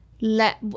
let